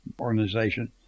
organization